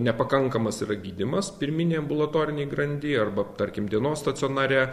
nepakankamas yra gydymas pirminėj ambulatorinėj grandy arba tarkim dienos stacionare